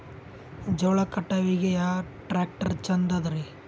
ಜೋಳ ಕಟಾವಿಗಿ ಯಾ ಟ್ಯ್ರಾಕ್ಟರ ಛಂದದರಿ?